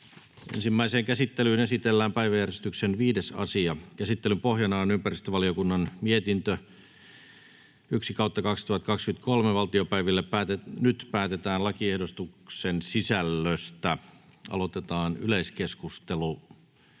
Ensimmäiseen käsittelyyn esitellään päiväjärjestyksen 5. asia. Käsittelyn pohjana on ympäristövaliokunnan mietintö YmVM 1/2023 vp. Nyt päätetään lakiehdotuksen sisällöstä. — Aloitetaan yleiskeskustelu.